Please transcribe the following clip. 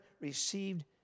received